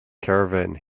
caravan